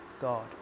God